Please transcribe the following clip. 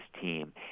team